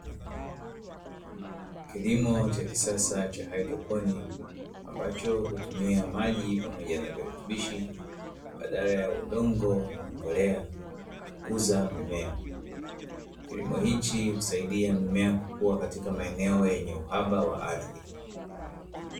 Kilimo cha kisasa cha haidroponi, ambacho hutumia maji pamoja na virutubishi, badala ya udongo na mbolea kukuza mimea. Kilimo hichi husaidia mimea kukua katika maeneo yenye uhaba wa ardhi.